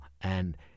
And-